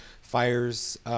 fires